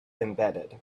embedded